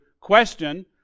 question